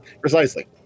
Precisely